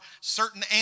certain